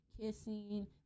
Kissing